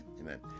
Amen